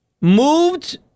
moved